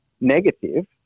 negative